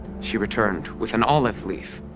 she returned with an olive leaf,